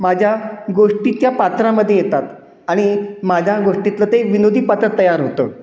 माझ्या गोष्टीच्या पात्रामध्ये येतात आणि माझ्या गोष्टीतलं ते विनोदी पात्र तयार होतं